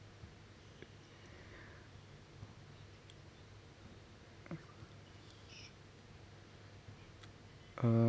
um